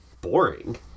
boring